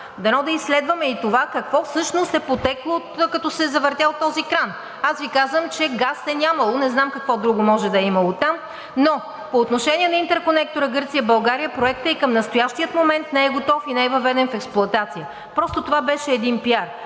дано да изследваме и това какво всъщност е потекло, като се е завъртял този кран. Аз Ви казвам, че газ е нямало, не знам какво друго може да е имало там. Но по отношение на интерконектора Гърция – България, Проектът и към настоящия момент не е готов и не е въведен в експлоатация. Просто това беше един пиар.